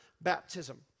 baptism